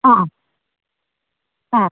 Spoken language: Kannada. ಆಂ ಹಾಂ